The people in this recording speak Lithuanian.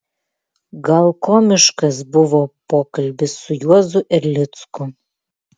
gal komiškas buvo pokalbis su juozu erlicku